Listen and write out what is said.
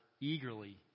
eagerly